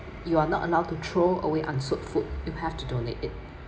you are not allowed to throw away unsold food you have to donate it